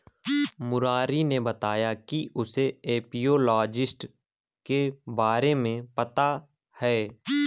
मुरारी ने बताया कि उसे एपियोलॉजी के बारे में पता है